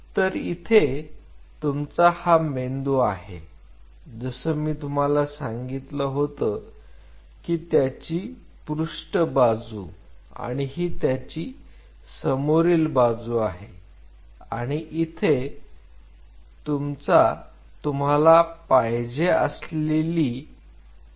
तर इथे तुमचा हा मेंदू आहे जसं मी तुम्हाला सांगितलं होतं ही त्याची पृष्ठ बाजू आणि ही त्याची समोरील बाजू आहे आणि आणि इथे तुमचा तुम्हाला पाहिजे असलेली ऊती आहे